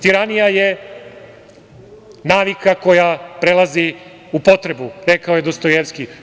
Tiranija je navika koja prelazi u potrebu“, rekao je Dostojevski.